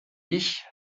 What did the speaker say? ich